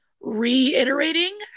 reiterating